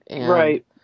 Right